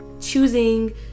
choosing